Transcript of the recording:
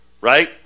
right